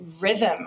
rhythm